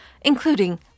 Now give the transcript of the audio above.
including